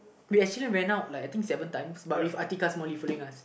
we actually went out like I think seven times but with Atiqah following us